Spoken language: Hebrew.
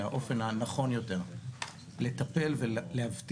הסעיף המקורי מדבר על ביטול ועל שינוי.